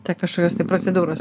tai kažkokios tai procedūros